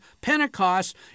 Pentecost